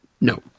No